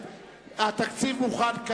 אתם יכולים להניח.